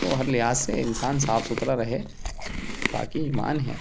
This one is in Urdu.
اور ہر لحاظ سے انسان صاف ستھرا رہے پاکی ایمان ہے